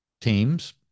teams